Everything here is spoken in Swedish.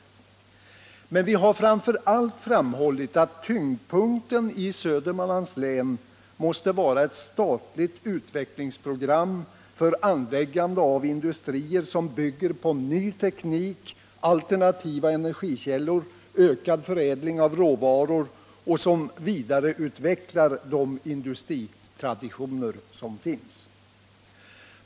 Men vi har framför allt framhållit att tyngdpunkten i Södermanlands län måste vara ett statligt utvecklingsprogram för anläggande av industrier som bygger på ny teknik, alternativa energikällor, ökad förädling av råvaror och som vidareutvecklar de industritraditioner som finns.